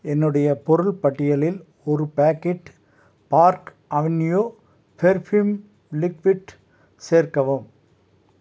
என்னுடைய பொருள் பட்டியலில் ஒரு packet Park Avenue perfume liquid சேர்க்கவும்